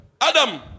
Adam